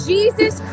Jesus